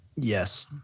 Yes